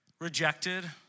Rejected